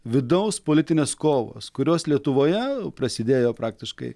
vidaus politinės kovos kurios lietuvoje prasidėjo praktiškai